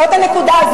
זאת הנקודה.